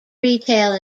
retail